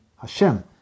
Hashem